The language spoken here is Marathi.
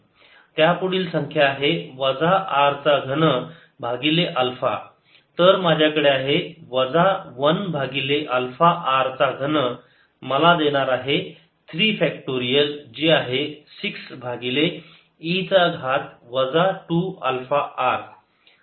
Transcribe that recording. त्यापुढील संख्या आहे वजा r चा घन भागिले अल्फा तर माझ्याकडे आहे वजा 1 भागिले अल्फा r चा घन मला देणार आहे 3 फॅक्टरियल जे आहे 6 भागिले e चा घात वजा 2 अल्फा r